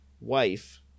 wife